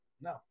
No